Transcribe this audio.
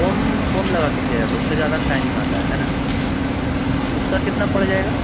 foam foam لگا کے کیا جاتا ہے اس سے زیادہ شائننگ آتا ہے نا اس کا کتنا پڑ جائے گا